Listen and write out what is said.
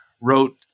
wrote